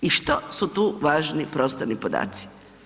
I što su tu važni prostorni podaci?